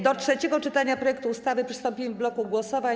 Do trzeciego czytania projektu ustawy przystąpimy w bloku głosowań.